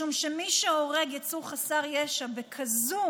משום שמי שהורג יצור חסר ישע בכזאת